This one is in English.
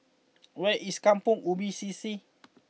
where is Kampong Ubi C C